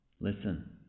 Listen